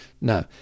no